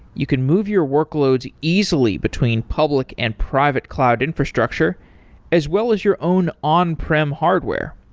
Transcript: you can move your workloads easily between public and private cloud infrastructure as well as your own on-prim hardware.